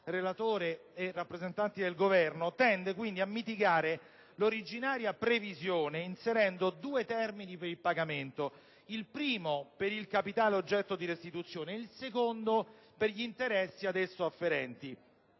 relatore e rappresentanti del Governo, tende quindi a mitigare l'originaria previsione inserendo due termini per il pagamento, per il capitale oggetto di restituzione da un lato, per gli interessi ad esso afferenti